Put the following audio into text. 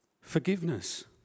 Forgiveness